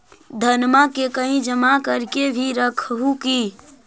धनमा के कहिं जमा कर के भी रख हू की?